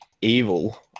evil